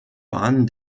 waren